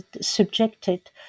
subjected